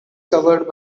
covered